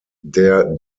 der